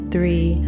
Three